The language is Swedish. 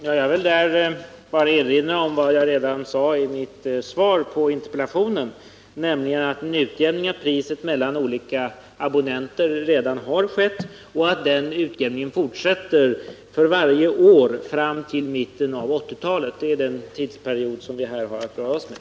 Herr talman! Jag vill bara erinra om vad jag sade i mitt svar på interpellationen, nämligen att en utjämning av priset mellan olika abonnenter har skett och att den utjämningen fortsätter för varje år fram till mitten av 1980-talet. Det är den period som vi här har att röra oss med.